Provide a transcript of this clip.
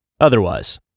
Otherwise